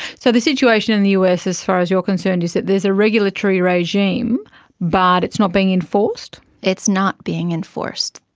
so the situation in the us, as far as you're concerned, is that there is a regulatory regime but it's not being enforced? it's not being enforced.